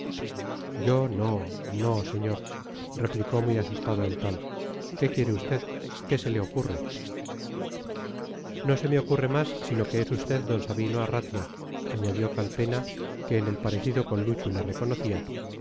yo no no señor replicó muy asustado el tal qué quiere usted qué se le ocurre no se me ocurre más sino que es usted d sabino arratia añadió calpena que en el parecido con luchu le reconocía